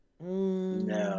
No